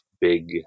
big